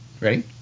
Ready